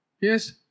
Yes